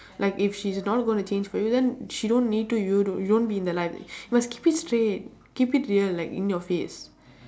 like if she's not going to change for you then she don't need to you don~ you don't be in her life you must keep it straight keep it real like in your face